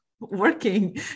working